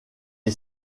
est